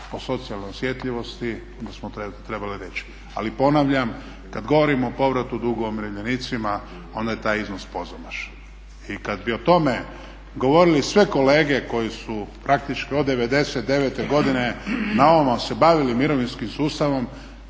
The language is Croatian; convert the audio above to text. po socijalnoj osjetljivosti onda smo trebali reći. Ali ponavljam, kad govorim o povratu dugova umirovljenicima onda je taj iznos pozamašan. I kad bi o tome govorili sve kolege koji su praktički od '99. godine na ovamo se bavili mirovinskim sustavom